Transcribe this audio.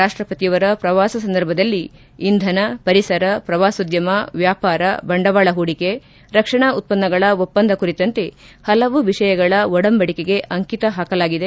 ರಾಷ್ಷಪತಿಯವರ ಪ್ರವಾಸ ಸಂದರ್ಭದಲ್ಲಿ ಇಂಧನ ಪರಿಸರ ಪ್ರವಾಸೋದ್ಯಮ ವ್ಯಾಪಾರ ಬಂಡವಾಳ ಹೂಡಿಕೆ ರಕ್ಷಣಾ ಉತ್ತನ್ನಗಳ ಒಪ್ಪಂದ ಕುರಿತಂತೆ ಹಲವು ವಿಷಯಗಳ ಒಡಂಬಡಿಕೆಗೆ ಅಂಕಿತ ಹಾಕಿದರು